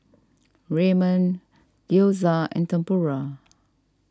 Ramen Gyoza and Tempura